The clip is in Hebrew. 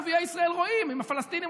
ערביי ישראל רואים: אם הפלסטינים,